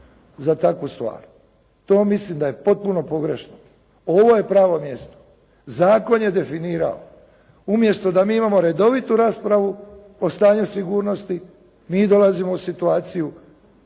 za takvu stvar. To mislim da je potpuno pogrešno, ovo je pravo mjesto, zakon je definirao. Umjesto da mi imamo redovitu raspravu o stanju sigurnosti, mi dolazimo u situaciju